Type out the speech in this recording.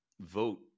vote